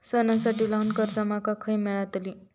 सणांसाठी ल्हान कर्जा माका खय मेळतली?